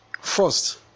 first